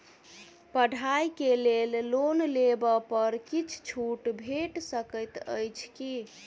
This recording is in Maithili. पढ़ाई केँ लेल लोन लेबऽ पर किछ छुट भैट सकैत अछि की?